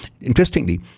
interestingly